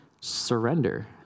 surrender